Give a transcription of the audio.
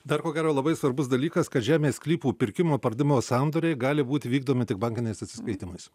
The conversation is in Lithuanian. dar ko gero labai svarbus dalykas kad žemės sklypų pirkimo pardmo sandoriai gali būt vykdomi tik bankiniais atsiskaitymais